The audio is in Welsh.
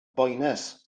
boenus